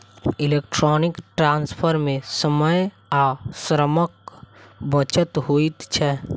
electronic transfer मे समय आ श्रमक बचत होइत छै